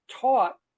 taught